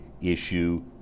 issue